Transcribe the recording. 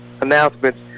announcements